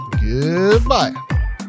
Goodbye